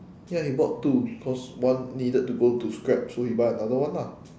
ya he bought two cause one needed to go to scrap so he buy another one lah